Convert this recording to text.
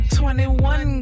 21